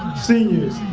seniors,